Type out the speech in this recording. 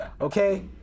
Okay